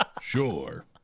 Sure